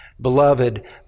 Beloved